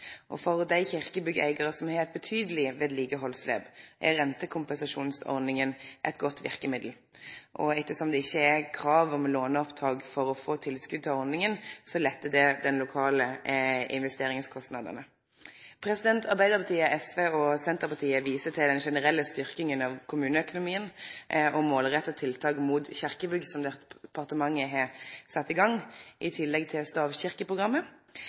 For dei kyrkjebyggeigarane som har betydelege vedlikehaldsetterslep, er rentekompensasjonsordninga eit godt verkemiddel. Ettersom det ikkje er krav om låneopptak for å få tilskot til ordninga, lettar det dei lokale investeringskostnadene. Arbeidarpartiet, Sosialistisk Venstreparti og Senterpartiet viser til at den generelle styrkinga av kommuneøkonomien og dei målretta tiltaka mot kyrkjebygg som departementet har sett i gang, i tillegg til